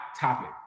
topic